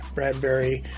Bradbury